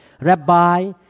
Rabbi